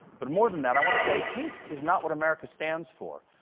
but more than that, i want to say, hate is not what america stands for,